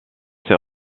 ses